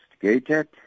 investigated